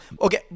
Okay